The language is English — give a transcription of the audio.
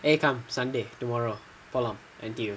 eh come sunday tomorrow for long N_T_U